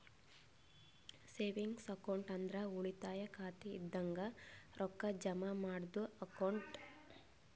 savings account ಅಂದ್ರ ಉಳಿತಾಯ ಖಾತೆ ಇದಂಗ ರೊಕ್ಕಾ ಜಮಾ ಮಾಡದ್ದು ಅಕೌಂಟ್